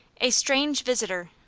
a stranger visitor.